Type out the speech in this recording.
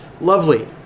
lovely